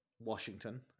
washington